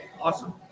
awesome